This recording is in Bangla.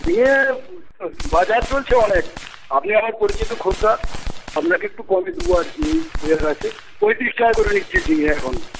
ঝিঙের বাজার চলছে অনেক আপনি আমার পরিচিত খদ্দের আপনাকে একটু কমে দেবো আর কি পঁয়তি্রিশ টাকা করে নিচ্ছি ঝিঙে এখন